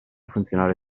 funzionare